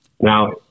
Now